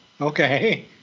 Okay